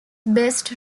best